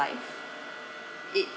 life it